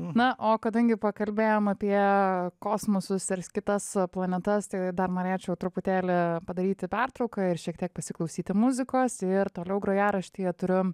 na o kadangi pakalbėjom apie kosmosus ir kitas planetas tai dar norėčiau truputėlį padaryti pertrauką ir šiek tiek pasiklausyti muzikos ir toliau grojaraštyje turiu